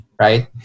right